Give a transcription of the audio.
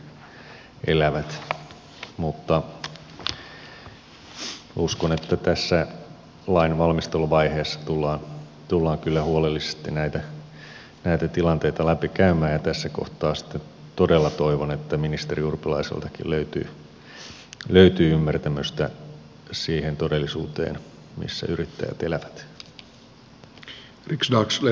mutta uskon että tässä lain valmisteluvaiheessa tullaan kyllä huolellisesti näitä tilanteita läpi käymään ja tässä kohtaa sitten todella toivon että ministeri urpilaiseltakin löytyy ymmärtämystä sille todellisuudelle missä yrittäjät elävät